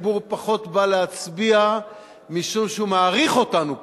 שהציבור פחות בא להצביע משום שהוא מעריך אותנו פחות,